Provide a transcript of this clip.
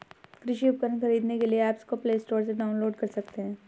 कृषि उपकरण खरीदने के लिए एप्स को प्ले स्टोर से डाउनलोड कर सकते हैं